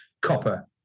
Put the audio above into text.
copper